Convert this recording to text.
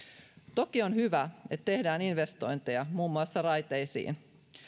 toki on hyvä että tehdään investointeja muun muassa raiteisiin